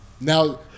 now